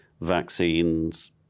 vaccines